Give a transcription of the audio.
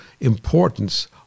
importance